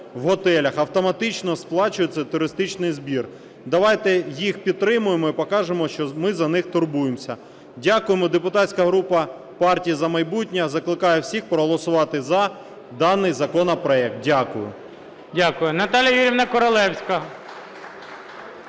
в готелях, автоматично сплачують туристичний збір. Давайте їх підтримаємо і покажемо, що ми за них турбуємося. Дякуємо. Депутатська група "Партія "За майбутнє" закликає всіх проголосувати за даний законопроект. Дякую. ГОЛОВУЮЧИЙ. Дякую. Наталія Юріївна Королевська.